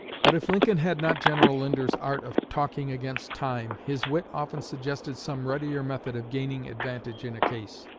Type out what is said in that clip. but if lincoln had not general linder's art of talking against time, his wit often suggested some readier method of gaining advantage in a case.